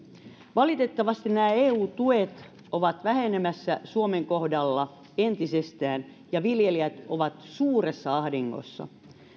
valitettavasti nämä eu tuet ovat vähenemässä suomen kohdalla entisestään ja viljelijät ovat suuressa ahdingossa